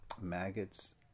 maggots